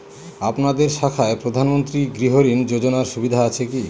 আপনাদের শাখায় প্রধানমন্ত্রী গৃহ ঋণ যোজনার সুবিধা আছে কি?